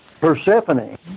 Persephone